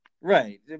right